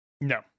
No